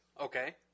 Okay